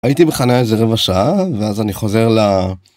הייתי בחניה איזה רבע שעה ואז אני חוזר ל..